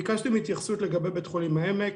ביקשתם התייחסות לגבי בית חולים העמק,